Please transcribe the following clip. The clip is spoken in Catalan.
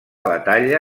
batalla